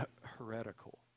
heretical